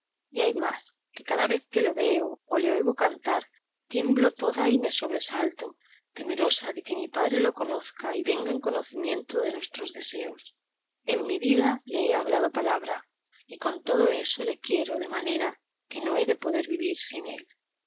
y hay más que cada vez que le veo o le oigo cantar tiemblo toda y me sobresalto temerosa de que mi padre le conozca y venga en conocimiento de nuestros deseos en mi vida le he hablado palabra y con todo eso le quiero de manera que no he de poder vivir sin él